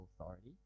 authority